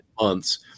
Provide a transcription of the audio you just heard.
months